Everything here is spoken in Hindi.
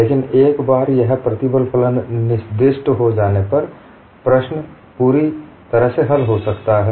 लेकिन एक बार यह प्रतिबल फलन निर्दिष्ट हो जाने पर पूरी प्रश्न हल हो सकता है